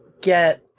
get